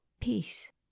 peace